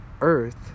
earth